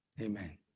Amen